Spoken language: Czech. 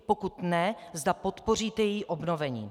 Pokud ne, zda podpoříte její obnovení.